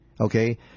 Okay